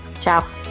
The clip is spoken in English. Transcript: Ciao